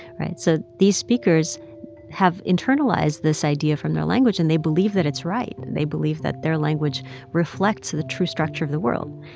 right? so these speakers have internalized this idea from their language, and they believe that it's right. they believe that their language reflects the true structure of the world.